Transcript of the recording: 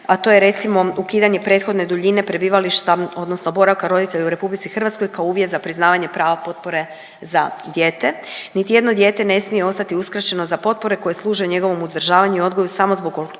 a to je recimo ukidanje prethodne duljine prebivališta odnosno boravka roditelja u RH kao uvjet za priznavanje prava potpore za dijete. Niti jedno dijete ne smije ostati uskraćeno za potpore koje služe njegovom uzdržavanju i odgoju samo zbog okolnosti